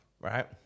right